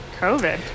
COVID